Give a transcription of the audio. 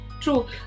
true